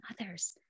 others